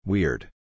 Weird